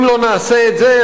אם לא נעשה את זה,